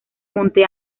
monte